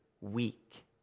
weak